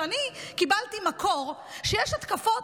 אני קיבלתי מקור שיש התקפות,